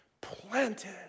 planted